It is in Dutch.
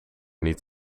niet